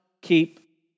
keep